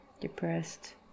depressed